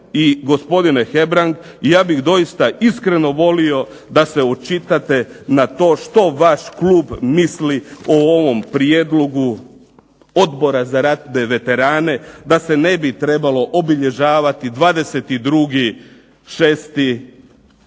I gospodine Hebrang ja bih doista iskreno volio da se očitate na to što vaš klub misli o ovom prijedlogu Odbora za ratne veterane da se ne bi trebalo obilježavati 22.06.